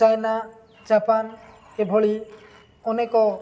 China Japan ଏଭଳି ଅନେକ